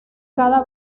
cada